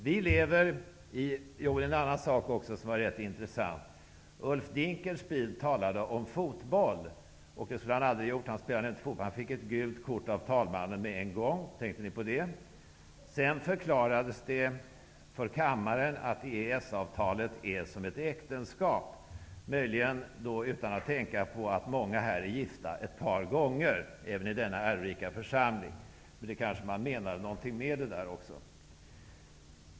Det var också en annan sak som var rätt intressant. Ulf Dinkelspiel talade om fotboll. Det skulle han aldrig ha gjort -- han spelar inte fotboll -- för han fick ett gult kort av talmannen med en gång. Tänkte ni på det? Sedan förklarade han för kammaren att EES-avtalet är som ett äktenskap, möjligen utan att tänka på att många även i denna ärorika församling har varit gifta ett par gånger. Kanske han menade någonting med det han sade.